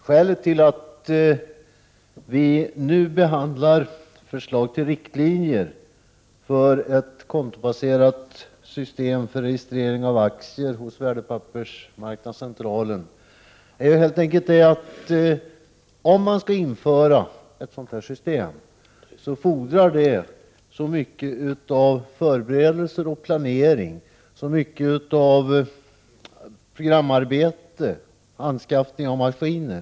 Skälet till att vi nu behandlar förslag till riktlinjer för ett kontobaserat system för registrering av aktier hos Värdepapperscentralen är helt enkelt att ett införande av ett sådant system fordrar mycket förberedelser, planering, programarbete och anskaffning av maskiner.